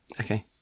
Okay